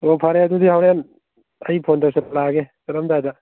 ꯑꯣ ꯐꯔꯦ ꯑꯗꯨꯗꯤ ꯍꯣꯔꯦꯟ ꯑꯩ ꯐꯣꯟ ꯇꯧꯁꯤꯟꯂꯛꯑꯒꯦ ꯆꯠꯂꯝꯗꯥꯏꯗ